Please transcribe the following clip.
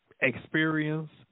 experience